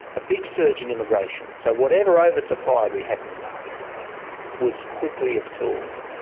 a big surge in immigration. so whatever oversupply we had in the market was quickly absorbed.